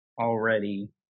already